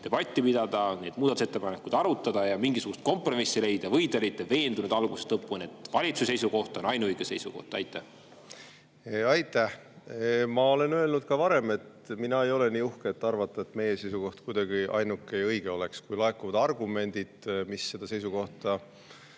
debatti pidada, neid muudatusettepanekuid arutada ja mingisugust kompromissi leida või te olite veendunud algusest lõpuni, et valitsuse seisukoht on ainuõige seisukoht? Aitäh! Ma olen öelnud ka varem, et mina ei ole nii uhke, et arvan, et meie seisukoht kuidagi ainuke ja õige oleks. Kui laekuvad argumendid seda seisukohta